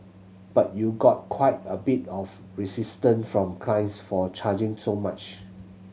but you got quite a bit of resistance from clients for charging so much